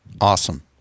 Awesome